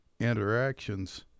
interactions